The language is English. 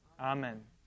Amen